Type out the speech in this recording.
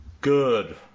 good